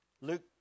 Luke